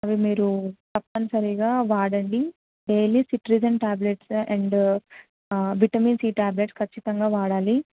అవి మీరు తప్పనిసరిగా వాడండి daily cetirizine tablets and vitamin C tablet ఖచ్చితంగా వాడాలి